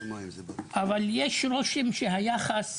אבל יש רושם שהיחס